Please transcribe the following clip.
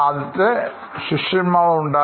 ആദ്യത്തെ ശിഷ്യന്മാർ ഉണ്ടായി